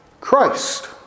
Christ